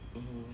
mmhmm